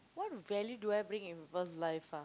what value do I bring in people's life ah